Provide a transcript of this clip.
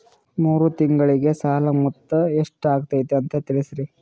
ಮೂರು ತಿಂಗಳಗೆ ಸಾಲ ಮೊತ್ತ ಎಷ್ಟು ಆಗೈತಿ ಅಂತ ತಿಳಸತಿರಿ?